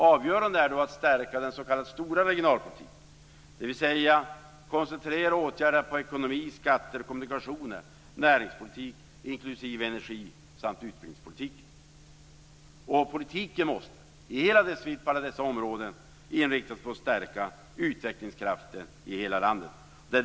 Avgörande är då att stärka den s.k. stora regionalpolitiken, dvs. att koncentrera åtgärderna på ekonomi, skatter, kommunikationer, näringspolitik, inklusive energi, samt utbildningspolitik. Politiken måste i hela dess vidd och på alla dessa områden inriktas på att stärka utvecklingskraften i hela landet.